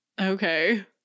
Okay